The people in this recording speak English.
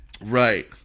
Right